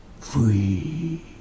Free